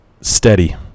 Steady